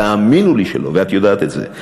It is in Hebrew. תאמינו לי שלא, ואת יודעת את זה.